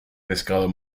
pescado